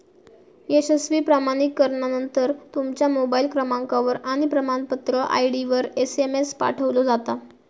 यशस्वी प्रमाणीकरणानंतर, तुमच्या मोबाईल क्रमांकावर आणि प्रमाणपत्र आय.डीवर एसएमएस पाठवलो जाता